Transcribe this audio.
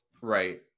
Right